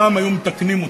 היו מתקנים אותם.